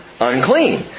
unclean